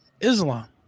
Islam